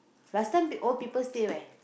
last time old people stay where